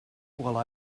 while